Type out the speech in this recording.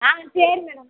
ஆ சரி மேடம்